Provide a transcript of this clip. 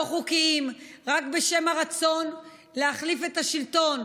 לא חוקיים, רק בשם הרצון להחליף את השלטון,